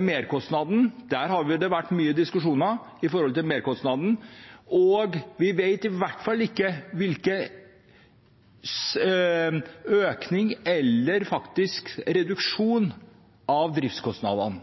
merkostnaden blir. Det har vært mye diskusjon når det gjelder det. Vi vet i hvert fall ikke hvilken økning eller reduksjon av driftskostnadene